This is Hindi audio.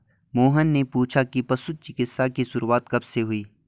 मोहन ने पूछा कि पशु चिकित्सा की शुरूआत कब से हुई?